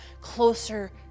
closer